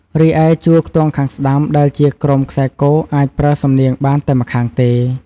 រីឯជួរខ្ទង់ខាងស្ដាំ ដែលជា ក្រុមខ្សែគ អាចប្រើសំនៀងបានតែម្ខាងទេ។